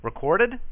Recorded